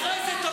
איפה אתם חיים?